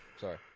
Sorry